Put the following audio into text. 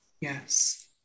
Yes